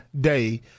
day